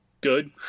good